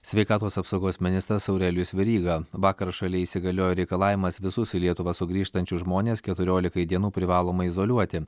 sveikatos apsaugos ministras aurelijus veryga vakar šaly įsigaliojo reikalavimas visus į lietuvą sugrįžtančius žmones keturiolikai dienų privalomai izoliuoti